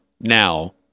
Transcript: now